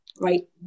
right